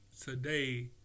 today